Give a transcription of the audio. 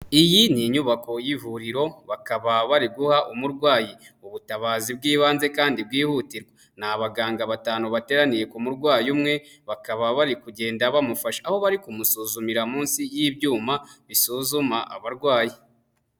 Iyi ni inyubako y'ivuriro bakaba bari guha umurwayi ubutabazi bw'ibanze kandi bwihutirwa, ni abaganga batanu bateraniye ku murwayi umwe bakaba bari kugenda bamufasha aho bari kumusuzumira munsi y'ibyuma bisuzuma abarwayi.